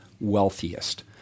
wealthiest